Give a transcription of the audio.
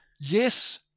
yes